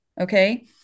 Okay